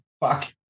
fuck